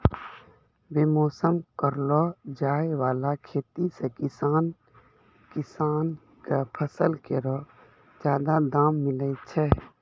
बेमौसम करलो जाय वाला खेती सें किसान किसान क फसल केरो जादा दाम मिलै छै